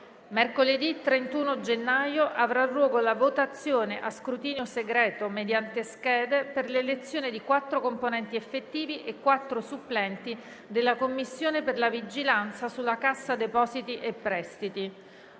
Mercoledì 31 gennaio avrà luogo la votazione a scrutinio segreto, mediante schede, per l'elezione di quattro componenti effettivi e quattro supplenti della Commissione per la vigilanza sulla Cassa depositi e prestiti.